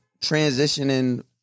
transitioning